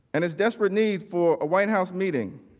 and its desperate need for a white house meeting,